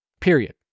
Period